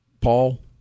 Paul